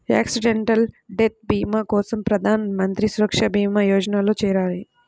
accidental death భీమా కోసం ప్రధాన్ మంత్రి సురక్షా భీమా యోజనలో చేరాలి